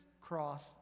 cross